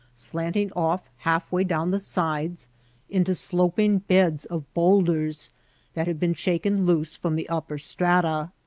slanting off half way down the sides into sloping beds of bowlders that have been shaken loose from the upper strata.